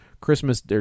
Christmas